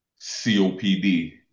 COPD